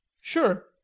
Sure